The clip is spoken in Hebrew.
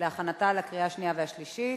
ונעבור לתוצאות: